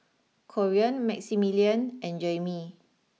Corean Maximilian and Jaimee